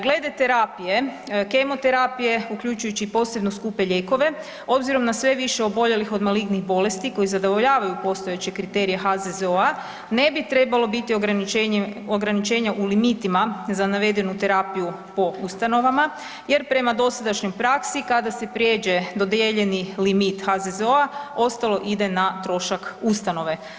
Glede terapije, kemoterapije uključujući i posebno skupe lijekove obzirom na sve više oboljelih od malignih bolesti koji zadovoljavaju postojeće kriterije HZZO-a ne bi trebalo biti ograničenja u limitima za navedenu terapiju po ustanovama jer prema dosadašnjoj praksi kada se prijeđe dodijeljeni limit HZZO-a ostalo ide na trošak ustanove.